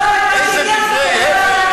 איזה דברי הבל אלה.